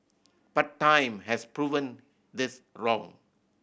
but time has proven this wrong